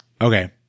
okay